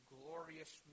glorious